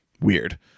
weird